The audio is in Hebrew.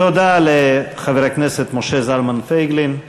תודה לחבר הכנסת משה זלמן פייגלין.